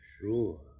Sure